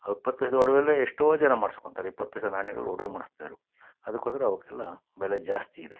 ಆ ಇಪ್ಪತ್ತು ಪೈಸದ ಒಡ್ವೆಯಲ್ಲೇ ಎಷ್ಟೋ ಜನ ಮಾಡ್ಸ್ಕೊಳ್ತಾರೆ ಇಪ್ಪತ್ತು ಪೈಸ ನಾಣ್ಯಗ್ಳಲ್ಲಿ ಒಡವೆ ಮಾಡಿಸ್ತಾ ಇದ್ರು ಅದಕ್ಕೋಸ್ಕರ ಅವಕ್ಕೆಲ್ಲ ಬೆಲೆ ಜಾಸ್ತಿ ಇದೆ